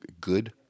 good